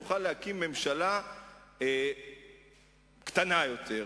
הוא יוכל להקים ממשלה קטנה יותר,